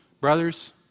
Brothers